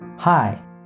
Hi